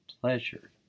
pleasure